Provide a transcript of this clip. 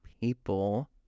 people